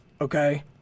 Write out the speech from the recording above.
Okay